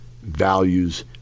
values